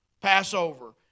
Passover